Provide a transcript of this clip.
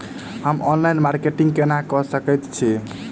हम online marketing केना कऽ सकैत छी?